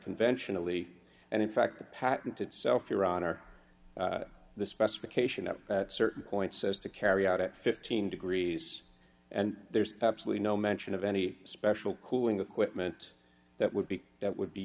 conventionally and in fact the patent itself your honor the specification at certain points says to carry out at fifteen degrees and there's absolutely no mention of any special cooling equipment that would be that would be